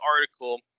article